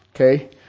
okay